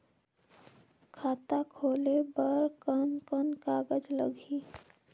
खाता खुले बार कोन कोन सा कागज़ लगही?